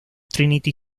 trinity